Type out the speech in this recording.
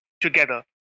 together